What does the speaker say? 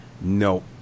no